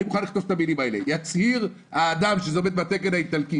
אני מוכן לכתוב את המילים האלה: "יצהיר האדם שזה עומד בתקן האיטלקי".